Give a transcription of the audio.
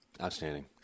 Outstanding